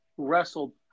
wrestled